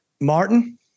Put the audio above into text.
Martin